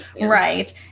right